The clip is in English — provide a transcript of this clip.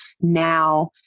now